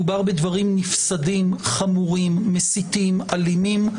מדובר בדברים נפסדים, חמורים, מסיתים, אלימים.